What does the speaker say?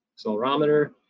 accelerometer